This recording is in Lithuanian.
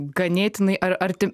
ganėtinai ar arti